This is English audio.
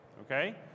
Okay